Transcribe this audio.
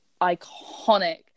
iconic